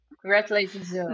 congratulations